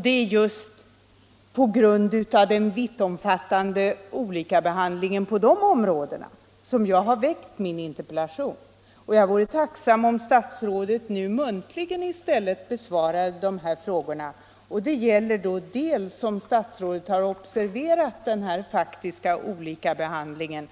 Det är just på grund av den vittomfattande olikabehandlingen på de områdena som jag har framställt min interpellation. Och jag vore tacksam om statsrådet nu muntligen ville besvara mina frågor, som gällde dels om statsrådet har observerat den faktiska olikabehandlingen,